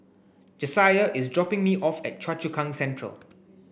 Jasiah is dropping me off at Choa Chu Kang Central